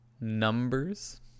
Numbers